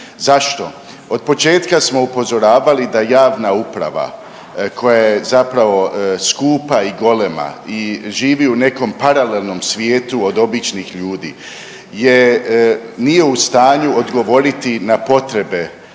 Zašto? Od početka smo upozoravali da javna uprava koja je zapravo skupa i golema i živi u nekom paralelnom svijetu od običnih ljudi nije u stanju odgovoriti na potrebe